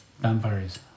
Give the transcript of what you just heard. vampires